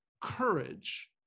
courage